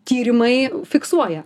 tyrimai fiksuoja